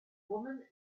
women